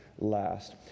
last